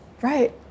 Right